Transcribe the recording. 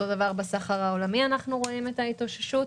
אותו דבר בסחר העולמי, אנחנו רואים את ההתאוששות.